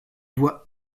voit